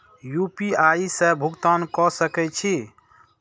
UPI से भुगतान क सके छी?